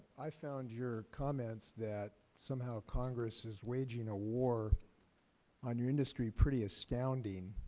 i found your comments that somehow congress is waging a war on your industry pretty astounding.